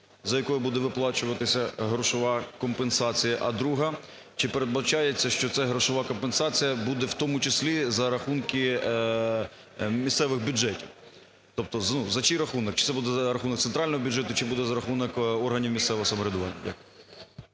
за якою буде виплачуватися грошова компенсація. А друге. Чи передбачається, що ця грошова компенсація буде в тому числі за рахунки місцевих бюджетів? Тобто за чий рахунок: чи це буде за рахунок центрального бюджету, чи буде за рахунок органів місцевого самоврядування.